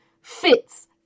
fits